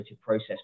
process